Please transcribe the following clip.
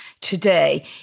today